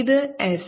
ഇത് s